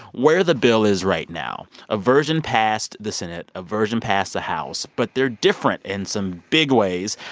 where the bill is right now. a version passed the senate. a version passed the house. but they're different in some big ways.